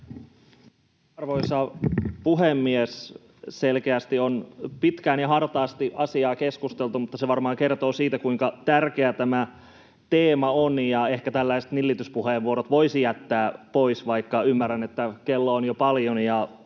Arvoisa puhemies! Selkeästi on pitkään ja hartaasti asiaa keskusteltu, mutta se varmaan kertoo siitä, kuinka tärkeä tämä teema on. Ehkä nillityspuheenvuorot voisi jättää pois, vaikka ymmärrän, että kello on jo paljon